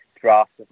drafts